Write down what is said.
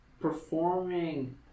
performing